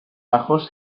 bajos